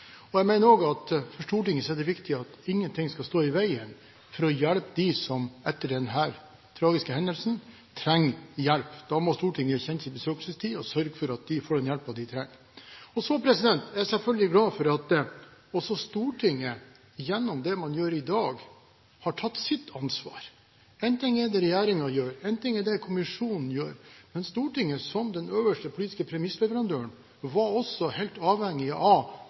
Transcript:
For Stortinget er det viktig at ingenting skal stå i veien for å hjelpe dem som etter denne tragiske hendelsen trenger hjelp. Da må Stortinget kjenne sin besøkelsestid og sørge for at de får den hjelpen de trenger. Så er jeg selvfølgelig glad for at også Stortinget – gjennom det man gjør i dag – har tatt sitt ansvar. Én ting er det regjeringen gjør, én ting er det kommisjonen gjør, men Stortinget, som den øverste politiske premissleverandøren, er også helt avhengig av